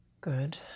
good